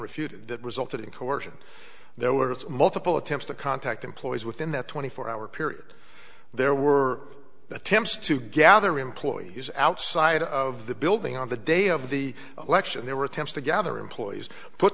refuted that resulted in coercion there were it's multiple attempts to contact employees within that twenty four hour period there were attempts to gather employees outside of the building on the day of the election there were attempts to gather employees put